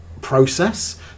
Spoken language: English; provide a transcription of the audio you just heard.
process